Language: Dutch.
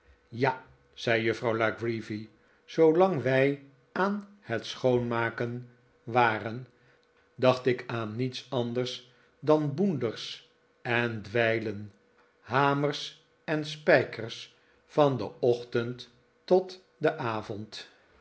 ja zei juffrouw la creevy zoolang wij aan het schoonmaken waren dacht ik aan niets anders dan boenders en dweilen hamers en spijkers van den ochtend tot den avond